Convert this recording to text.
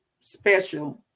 special